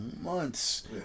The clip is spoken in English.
months